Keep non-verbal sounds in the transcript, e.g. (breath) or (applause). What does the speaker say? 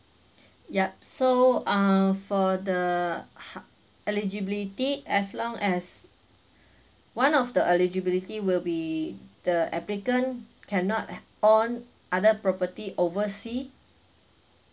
(breath) yup so ah for the ha~ eligibility as long as one of the eligibility will be the applicant cannot h~ own other property oversea